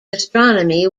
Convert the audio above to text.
astronomy